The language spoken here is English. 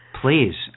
Please